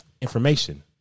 information